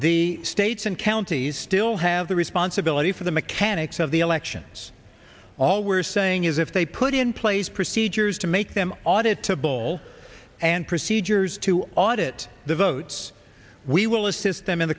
the states and counties still have the responsibility for the mechanics of the elections all we're saying is if they put in place procedures to make them audit to bowl and procedures to audit the votes we will